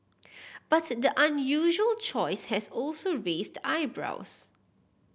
but the unusual choice has also raised eyebrows